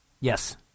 Yes